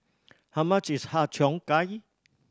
how much is Har Cheong Gai